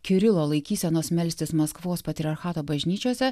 kirilo laikysenos melstis maskvos patriarchato bažnyčiose